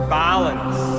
balance